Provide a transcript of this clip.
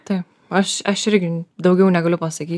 taip aš aš irgi daugiau negaliu pasakyt